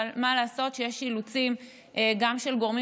אבל מה לעשות שיש אילוצים גם של גורמים